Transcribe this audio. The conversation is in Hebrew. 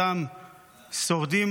אותם שורדים,